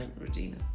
Regina